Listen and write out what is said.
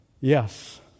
yes